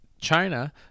China